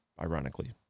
ironically